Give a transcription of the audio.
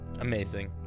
Amazing